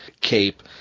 cape